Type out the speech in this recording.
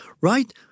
right